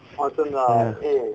ya